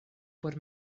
por